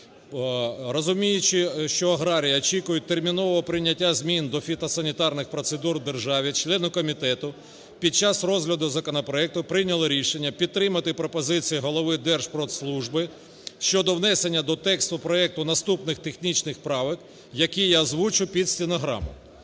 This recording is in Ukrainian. Розуміючи, що аграрії очікують термінового прийняття змін до фітосанітарних процедур в державі, члени комітету під час розгляду законопроекту підтримати пропозицію голови Держпродслужби щодо внесення до тексту проекту наступних технічних правок, які я озвучу під стенограму.